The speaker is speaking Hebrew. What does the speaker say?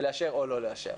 לאשר או לא לאשר.